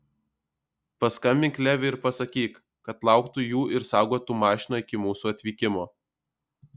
paskambink leviui ir pasakyk kad lauktų jų ir saugotų mašiną iki mūsų atvykimo